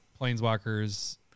planeswalkers